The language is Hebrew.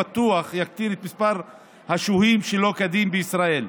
יקטין את מספר השוהים שלא כדין בישראל.